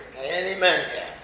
Amen